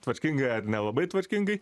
tvarkingai ar nelabai tvarkingai